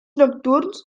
nocturns